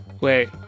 Wait